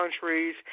countries